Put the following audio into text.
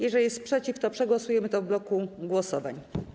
Jeżeli jest sprzeciw, to przegłosujemy to w bloku głosowań.